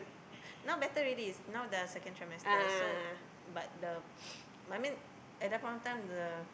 ya now better already is now the second trimester so but the but I mean at that point of time the